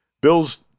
Bills